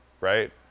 right